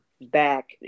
back